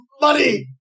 Money